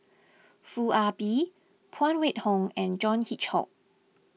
Foo Ah Bee Phan Wait Hong and John Hitchcock